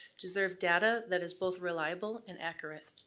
deserve data that is both reliable and accurate.